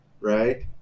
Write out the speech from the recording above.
Right